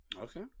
Okay